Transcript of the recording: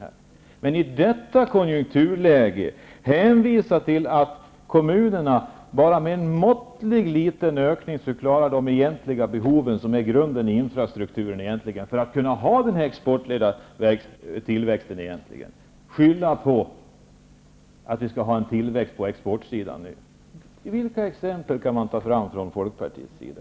Men vad Olle Schmidt gör är att i detta konjunkturläge hänvisa till att kommunerna bara med en måttlig, liten ökning skall klara av de egentliga behov som utgör grunden för infrastrukturen bara för att vi skall kunna ha en tillväxt på exportsidan. Vilka exempel på detta kan man ta fram från Folkpartiets sida?